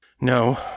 No